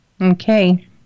Okay